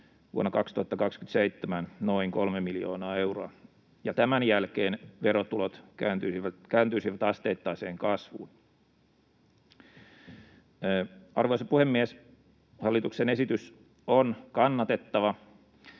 vuonna 2027 noin 3 miljoonaa euroa ja tämän jälkeen verotulot kääntyisivät asteittaiseen kasvuun. Arvoisa puhemies! Hallituksen esitys on kannatettava